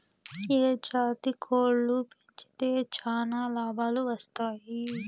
ఏ జాతి కోళ్లు పెంచితే చానా లాభాలు వస్తాయి?